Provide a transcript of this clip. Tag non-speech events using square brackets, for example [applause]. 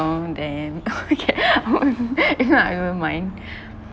oh damn [laughs] okay [laughs] if not I don't mind [laughs]